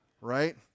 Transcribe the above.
Right